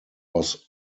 was